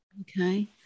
Okay